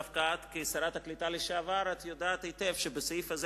דווקא את כשרת הקליטה לשעבר יודעת היטב שבסעיף הזה